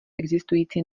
existující